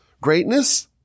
greatness—